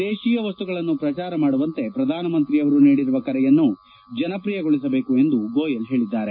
ದೇಶೀಯ ವಸ್ತುಗಳನ್ನು ಪ್ರಚಾರ ಮಾಡುವಂತೆ ಪ್ರಧಾನಮಂತ್ರಿಯವರು ನೀಡಿರುವ ಕರೆಯನ್ನು ಜನಪ್ರಿಯಗೊಳಿಸಬೇಕು ಎಂದು ಗೋಯಲ್ ಹೇಳಿದ್ದಾರೆ